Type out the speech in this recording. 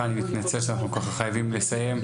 אני מתנצל שאנחנו ככה חייבים לסיים.